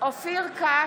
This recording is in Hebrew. אופיר כץ,